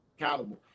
accountable